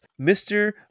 Mr